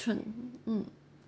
tran~ um